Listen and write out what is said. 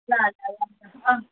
ल ल ल अँ